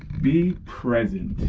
be present.